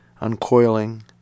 uncoiling